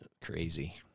crazy